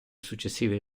successive